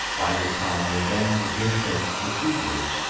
by this time he had been in his place for two years,